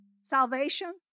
salvation